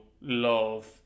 love